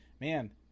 man